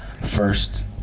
first